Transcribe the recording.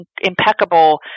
impeccable